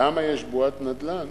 למה יש בועת נדל"ן,